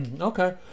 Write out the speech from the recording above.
okay